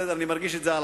בסדר, אני מרגיש את זה על